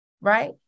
right